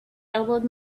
elbowed